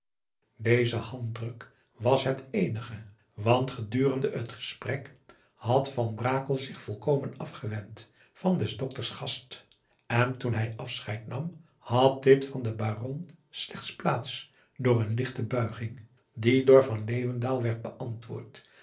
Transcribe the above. deze handdruk was het eenige want gedurende het gesprek had van brakel zich volkomen afgewend van des dokters gast en toen hij afscheid nam had dit van den baron slechts plaats door een lichte buiging die door van leeuwendaal werd beantwoord